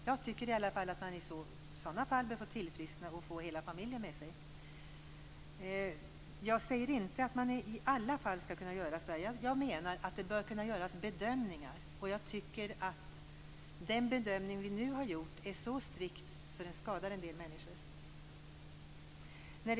Jag tycker att familjemedlemmen i sådana fall bör få tillfriskna innan hela familjen utvisas. Jag säger inte att man i alla fall skall kunna göra så här. Jag anser att man bör kunna göra bedömningar. Den bedömning som vi nu har gjort är så strikt att den skadar en del människor.